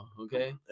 Okay